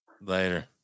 Later